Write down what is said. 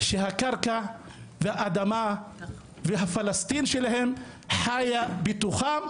שהקרקע והאדמה והפלסטינים שלהם חיה בתוכם,